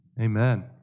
Amen